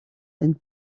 and